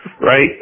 right